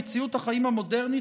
במציאות החיים המודרנית,